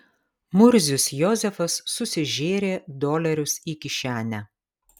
murzius jozefas susižėrė dolerius į kišenę